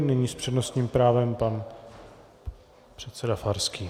Nyní s přednostním právem pan předseda Farský.